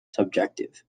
subjective